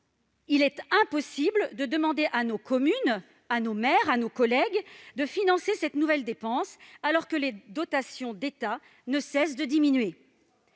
il est impossible de demander à nos communes, à nos maires, à nos collègues de financer cette nouvelle dépense alors que les dotations de l'État ne cessent de diminuer.